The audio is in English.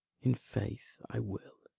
in faith, i will